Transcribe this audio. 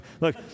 Look